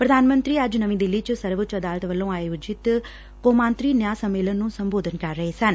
ਪ੍ਰਧਾਨ ਮੰਤਰੀ ਅੱਜ ਨਵੀਂ ਦਿੱਲੀ ਚ ਸਰਵਉੱਚ ਅਦਾਲਤ ਵੱਲੋਂ ਆਯੋਜਿਤ ਕੌਮਾਂਤਰੀ ਨਿਆਂ ਸੰਮੇਲਨ ਨੁੰ ਸੰਬੋਧਨ ਕਰ ਰਹੇ ਸਨ